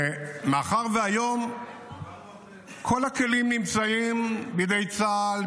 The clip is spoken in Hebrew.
הייתה שמאחר שהיום כל הכלים נמצאים בידי צה"ל,